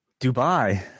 Dubai